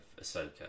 Ahsoka